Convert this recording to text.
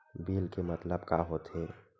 Bill के मतलब का होथे?